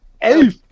Elf